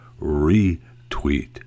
retweet